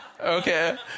Okay